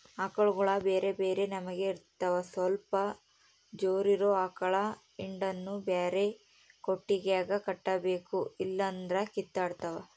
ಆಕಳುಗ ಬ್ಯೆರೆ ಬ್ಯೆರೆ ನಮನೆ ಇರ್ತವ ಸ್ವಲ್ಪ ಜೋರಿರೊ ಆಕಳ ಹಿಂಡನ್ನು ಬ್ಯಾರೆ ಕೊಟ್ಟಿಗೆಗ ಕಟ್ಟಬೇಕು ಇಲ್ಲಂದ್ರ ಕಿತ್ತಾಡ್ತಾವ